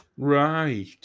Right